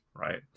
Right